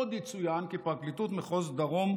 עוד יצוין כי פרקליטות מחוז דרום,